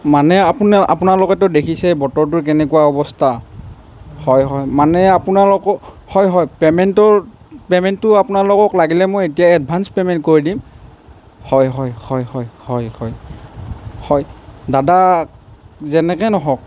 মানে আপুনি আপোনালোকেতো দেখিছেই বতৰটোৰ কেনেকুৱা অৱস্থা হয় হয় মানে আপোনালোকক হয় হয় পেমেণ্টৰ পেমেন্টো আপোনালোকক লাগিলে মই এতিয়াই এডভান্স পেমেন্ট কৰি দিম হয় হয় হয় হয় হয় হয় হয় দাদা যেনেকৈ নহওঁক